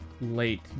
late